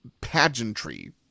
pageantry